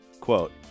quote